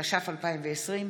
התש"ף 2020,